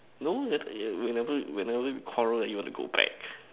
no that whenever whenever we quarrel you want to go back